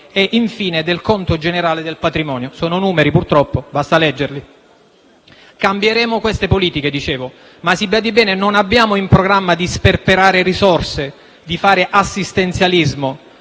e, infine, del conto generale del patrimonio. Purtroppo sono numeri: basta leggerli. Cambieremo queste politiche, ma - si badi bene - non abbiamo in programma di sperperare risorse, di fare assistenzialismo